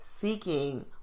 seeking